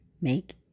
make